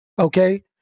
Okay